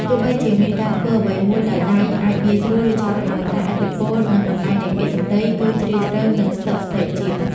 ទោះបីជាការធ្វើអ្វីមួយដោយដៃ អាចងាយស្រួល ឬឆាប់រហ័ស ប៉ុន្តែ ឥទ្ធិពល និងតម្លៃនៃពាក្យសម្ដី គឺជ្រាលជ្រៅ និងស្ថិតស្ថេរជាង។